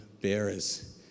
bearers